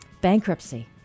bankruptcy